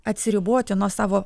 atsiriboti nuo savo